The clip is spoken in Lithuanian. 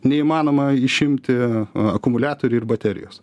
neįmanoma išimti akumuliatorių ir baterijos